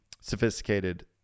sophisticated